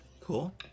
Cool